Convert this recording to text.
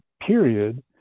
period